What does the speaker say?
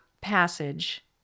passage